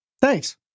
Thanks